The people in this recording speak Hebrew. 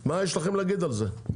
מה יש לכם להגיד על זה.